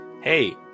hey